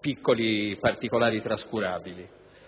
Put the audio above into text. piccoli particolari trascurabili.